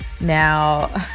Now